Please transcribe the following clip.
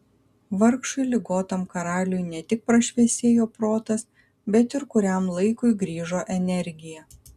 vargšui ligotam karaliui ne tik prašviesėjo protas bet ir kuriam laikui grįžo energija